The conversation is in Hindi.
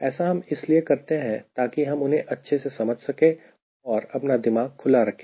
ऐसा हम इसलिए करते हैं ताकि हम उन्हें अच्छे से समझ सके और अपना दिमाग खुला रखें